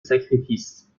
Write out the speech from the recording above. sacrifice